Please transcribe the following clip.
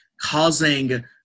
causing